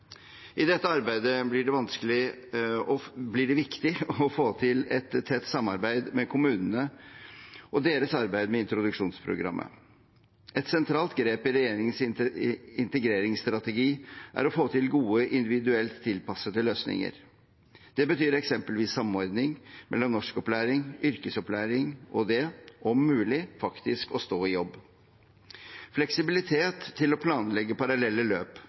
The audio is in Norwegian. I dette arbeidet blir det viktig å få til et tett samarbeid med kommunene og deres arbeid med introduksjonsprogrammet. Et sentralt grep i regjeringens integreringsstrategi er å få til gode, individuelt tilpassede løsninger. Det betyr eksempelvis samordning mellom norskopplæring, yrkesopplæring og – om mulig – det å faktisk stå i jobb. Fleksibilitet til å planlegge parallelle løp